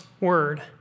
word